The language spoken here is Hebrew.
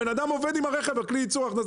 הוא עובד עם הרכב, זה כלי ייצור הכנסה".